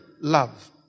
love